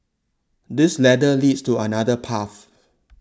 this ladder leads to another path